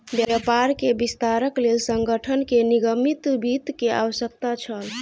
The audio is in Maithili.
व्यापार के विस्तारक लेल संगठन के निगमित वित्त के आवश्यकता छल